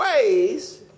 ways